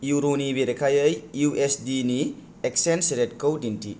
इउर'नि बेरेखायै U S D नि exchange रेटखौ दिन्थि